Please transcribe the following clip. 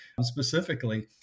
Specifically